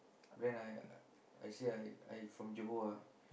then I I say I I from Johor ah